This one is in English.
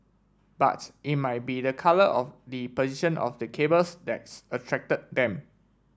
but it might be the colour or the position of the cables that's attracted them